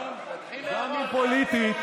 גם אם פוליטית,